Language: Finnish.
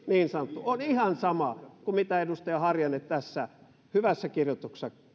niin sanottu ryhmäkuri on ihan sama kuin mitä edustaja harjanne tässä hyvässä kirjoituksessaan